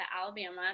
Alabama